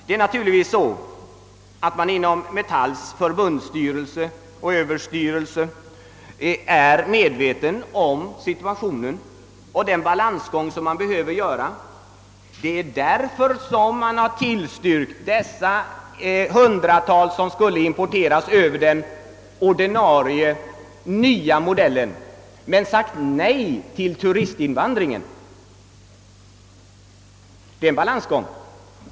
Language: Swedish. Det är naturligtvis så att man inom Metalls förbundsstyrelse och överstyrelse är medveten om situationen och den balansgång vi behöver gå. Det är därför man där tillstyrker förslaget att importera några hundratal enligt den nya ordnade modellen men säger nej till turistinvandringen. Det är en balansgång.